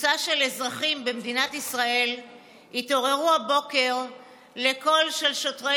קבוצה של אזרחים במדינת ישראל התעוררו הבוקר לקול של שוטרי